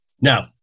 Now